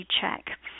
check